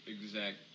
exact